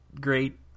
great